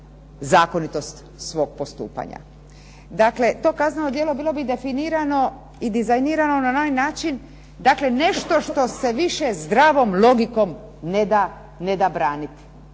zakonitost svog postupanja. Dakle to kazneno djelo bilo bi definirano i dizajnirano na onaj način, dakle nešto što se više zdravom logikom ne da braniti,